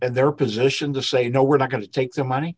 their position to say no we're not going to take the money